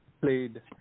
played